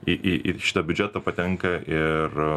į į į šitą biudžetą patenka ir